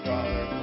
Father